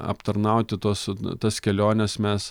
aptarnauti tuos tas keliones mes